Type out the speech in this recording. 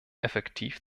effektiv